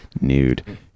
Nude